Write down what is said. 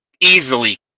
easily